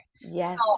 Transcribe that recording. yes